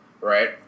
right